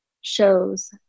shows